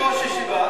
יש יושב-ראש ישיבה.